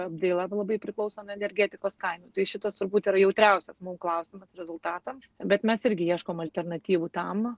apdaila labai priklauso nuo energetikos kainų tai šitas turbūt yra jautriausias klausimas rezultatam bet mes irgi ieškom alternatyvų tam